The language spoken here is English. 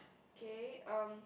K um